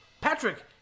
Patrick